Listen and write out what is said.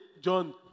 John